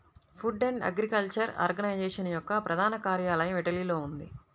food and agriculture organisation యొక్క ప్రధాన కార్యాలయం ఇటలీలో ఉంది